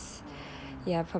oh